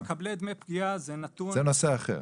מקבלי דמי פגיעה זה נתון --- זה נושא אחר,